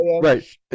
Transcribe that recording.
right